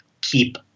keep